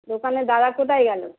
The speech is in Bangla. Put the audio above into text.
দোকানের দাদা কোথাই গেলো